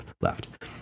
left